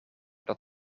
dat